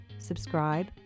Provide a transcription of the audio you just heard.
subscribe